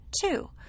Two